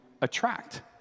attract